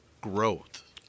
growth